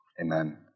Amen